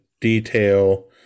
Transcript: detail